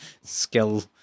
skill